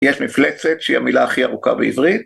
יש מפלצת שהיא המילה הכי ארוכה בעברית.